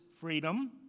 freedom